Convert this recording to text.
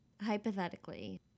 hypothetically